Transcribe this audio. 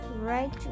right